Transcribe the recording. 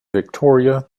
victoria